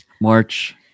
March